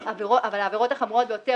אבל העבירות החמורות ביותר,